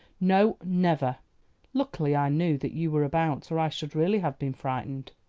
no, never luckily i knew that you were about or i should really have been frightened.